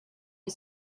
you